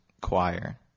choir